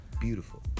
beautiful